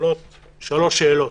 עולות שלוש שאלות: